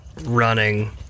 running